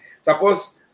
Suppose